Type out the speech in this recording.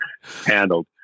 handled